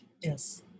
yes